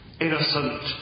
innocent